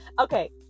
okay